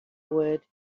would